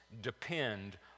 depend